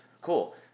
cool